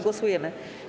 Głosujemy.